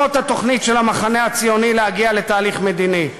זאת התוכנית של המחנה הציוני להגיע לתהליך מדיני.